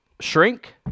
shrink